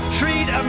treat